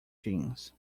jeans